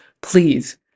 please